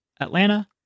Atlanta